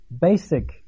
basic